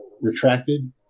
retracted